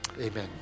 amen